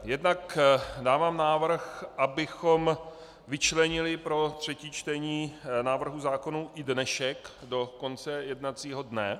Jednak dávám návrh, abychom vyčlenili pro třetí čtení návrhů zákonů i dnešek do konce jednacího dne.